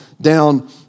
down